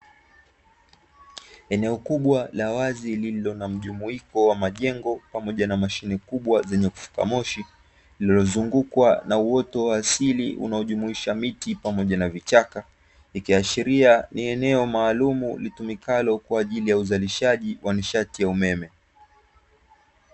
Eneo kubwa la wazi lililo na mjumuiko wa majengo pamoja na mashine yenye kufuka moshi, lililozungukwa na uoto wa asili unaojumuisha miti pamoja na vichaka, ikiashiria ni eneo maalumu litumikalo kwa ajili ya uzalishaji wa nishati ya umeme.